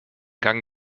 gang